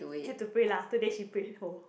have to pray lah today she pray whole